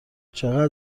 چقدر